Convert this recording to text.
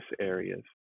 areas